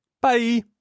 bye